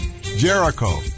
Jericho